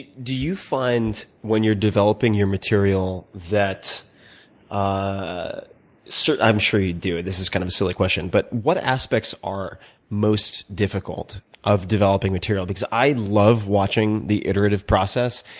do you find when you're developing your material, that ah i'm sure you do, and this is kind of a silly question. but what aspects are most difficult of developing material because i love watching the iterative process.